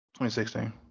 2016